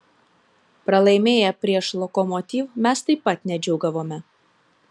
pralaimėję prieš lokomotiv mes taip pat nedžiūgavome